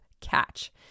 catch